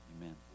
amen